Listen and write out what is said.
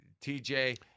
TJ